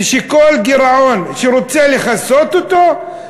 ושכל גירעון שרוצים לכסות אותו,